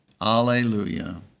Alleluia